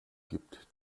gibt